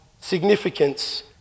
significance